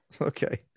Okay